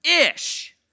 ish